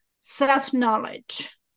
self-knowledge